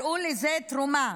קראו לזה תרומה.